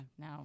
No